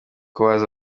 kubaza